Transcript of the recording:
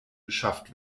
beschafft